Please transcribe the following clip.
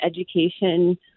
education